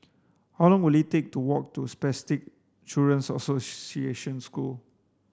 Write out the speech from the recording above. how long will it take to walk to Spastic Children's School